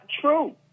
true